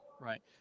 Right